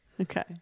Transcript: Okay